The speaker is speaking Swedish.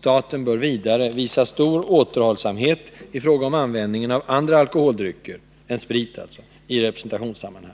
Staten bör vidare visa stor återhållsamhet i fråga om användningen av andra alkoholhaltiga drycker” — än sprit alltså — ”i representationssammanhang.”